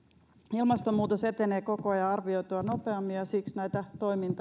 ilmastonmuutos etenee koko ajan arvioitua nopeammin ja siksi myös näitä